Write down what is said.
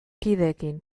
kideekin